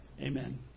Amen